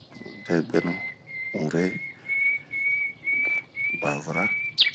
dɛbwɛ ,Unre, babara